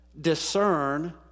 discern